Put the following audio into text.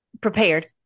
prepared